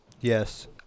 Yes